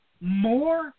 more